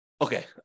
Okay